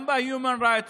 גם ב-Human Rights Watch,